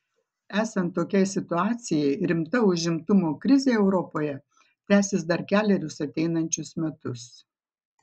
esant tokiai situacijai rimta užimtumo krizė europoje tęsis dar kelerius ateinančius metus